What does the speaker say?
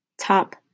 top